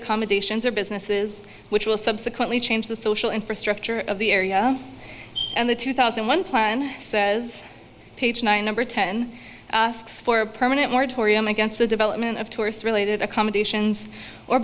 accommodations or businesses which will subsequently change the social infrastructure of the area and the two thousand and one plan says page number ten for a permanent moratorium against the development of tourist related accommodations or